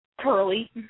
curly